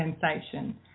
sensation